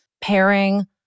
pairing